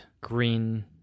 green